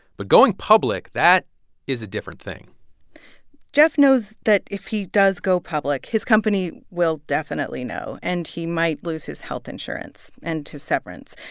but going public that is a different thing jeff knows that if he does go public, his company will definitely know, and he might lose his health insurance and his severance.